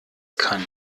kann